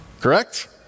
Correct